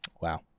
Wow